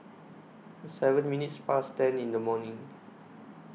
seven minutes Past ten in The morning